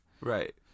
Right